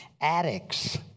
addicts